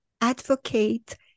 advocate